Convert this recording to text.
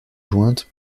jointes